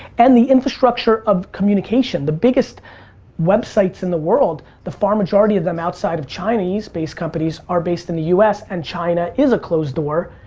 and the infrastructure of communication. the biggest websites in the world, the far majority of them outside of china, east-based companies are based in the u s, and china is a closed door.